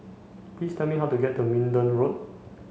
please tell me how to get to Minden Road